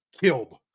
killed